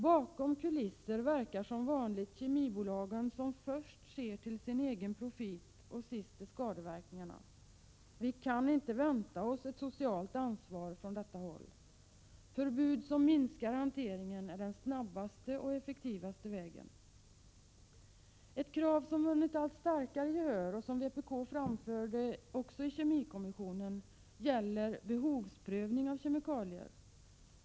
Bakom kulisserna verkar som vanligt kemibolagen, som först ser till sin egen profit och sist till skadeverkningarna. Vi kan inte vänta oss ett socialt ansvar från det hållet. Förbud som minskar hanteringen är den snabbaste och effektivaste vägen. Ett krav som har vunnit allt starkare gehör och som vpk också framförde i kemikommissionen gäller behovsprövning av kemikalier.